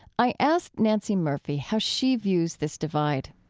i asked nancey murphy how she views this divide